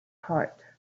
heart